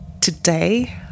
Today